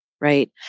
right